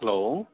hello